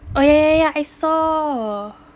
oh yeah yeah I saw